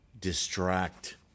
distract